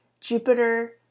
Jupiter